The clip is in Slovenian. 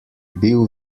bil